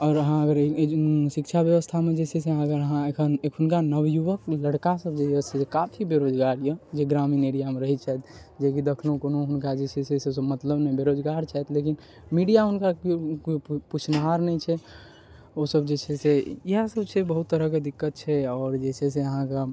आओर अहाँ अगर शिक्षा व्यवस्थामे जे छै से अगर अहाँ एखन एखुनका नवयुवक जे लड़का सब जे यऽ काफी बेरोजगार यऽ जे ग्रामीण एरियामे रहै छथि जेकि कखनो कोनो हुनका जे छै से कोनो मतलब नहि बेरोजगार छथि लेकिन मीडिया मे हुनका सबके पुछ्नाहार नहि छनि ओहिसब जे छै से इएह सबजे छै से बहुत तरहके दिक्कत छै आओर जे छै से अहाँके